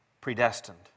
predestined